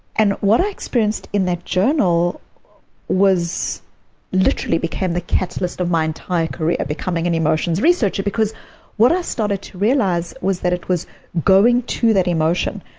and what i experienced in that journal literally became the catalyst of my entire career, becoming an emotions researcher. because what i started to realize was that it was going to that emotion,